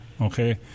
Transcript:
Okay